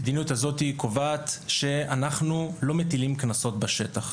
המדיניות הזאת קובעת שאנחנו לא מטילים קנסות בשטח.